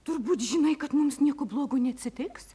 turbūt žinai kad mums nieko blogo neatsitiks